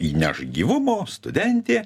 įneš gyvumo studentė